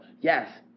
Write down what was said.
Yes